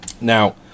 now